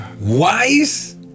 wise